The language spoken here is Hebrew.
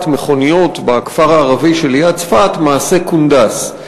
מכוניות בכפר הערבי שליד צפת "מעשה קונדס".